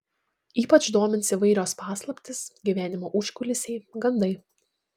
ypač domins įvairios paslaptys gyvenimo užkulisiai gandai